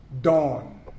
dawn